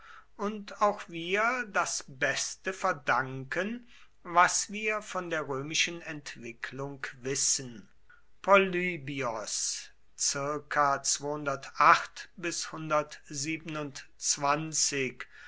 und auch wir das beste verdanken was wir von der römischen entwicklung wissen polybios